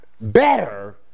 better